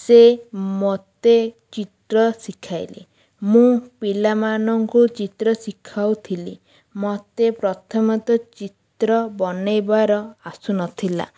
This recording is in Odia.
ସେ ମୋତେ ଚିତ୍ର ଶିଖାଇଲେ ମୁଁ ପିଲାମାନଙ୍କୁ ଚିତ୍ର ଶିଖାଉଥିଲି ମୋତେ ପ୍ରଥମତଃ ଚିତ୍ର ବନାଇବାର ଆସୁନଥିଲା